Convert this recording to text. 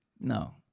no